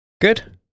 Good